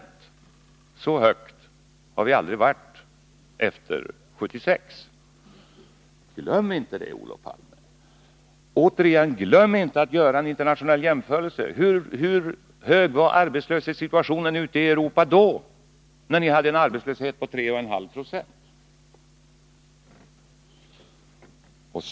Så hög har den aldrig varit efter 1976. Glöm inte det, Olof Palme! Glöm inte att göra en internationell jämförelse! Hur hög var arbetslösheten ute i Europa när arbetslösheten i Sverige var 3,5 94?